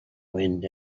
wind